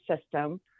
system